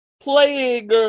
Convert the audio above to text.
Playing